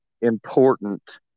important